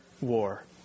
war